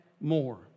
more